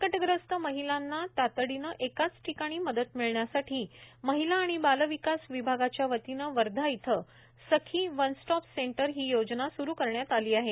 संकटग्रस्त महिलांना तातडिने एकाच ठिकाणी मदत मिळण्यासाठी महिला आणि बाल विकास विभागाच्या वतीने वर्धा इथं सखी वन स्टॉप सेंटर ही योजना स्रु करण्यात आली आहे